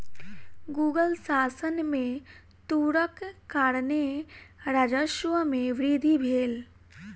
मुग़ल शासन में तूरक कारणेँ राजस्व में वृद्धि भेल